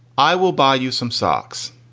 i will buy you some socks.